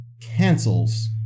cancels